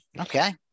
Okay